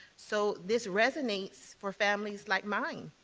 so this resonates for families like mine.